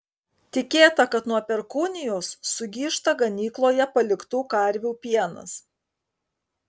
tikėta kad nuo perkūnijos sugyžta ganykloje paliktų karvių pienas